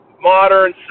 Modern